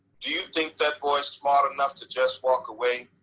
do you think that boy is smart enough to just walk away?